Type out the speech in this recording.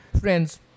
friends